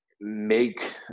make